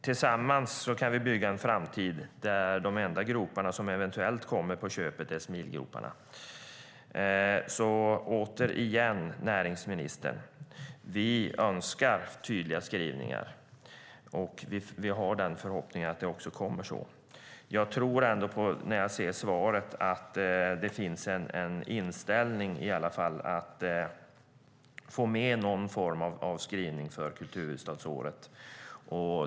Tillsammans kan vi bygga en framtid där de enda gropar som eventuellt kommer på köpet är smilgroparna. Återigen näringsministern: Vi önskar tydliga skrivningar. Vi har förhoppningen att det också kommer. Jag tror ändå, när jag ser svaret, att det i alla fall finns en inställning att man ska få med någon form av skrivning för kulturhuvudstadsåret.